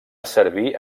servir